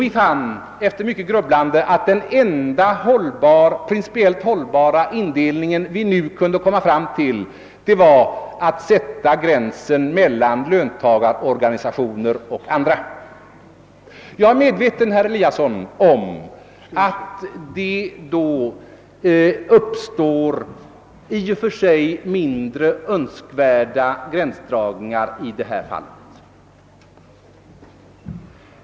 Vi fann efter mycket grubblande att den enda principiellt hållbara indelning vi nu kunde komma fram till var att sätta gränsen mellan löntagarorganisationer och andra. Jag är, herr Eliasson i Sundborn, medveten om att det då uppstår i och för sig mindre önskvärda konsekvenser.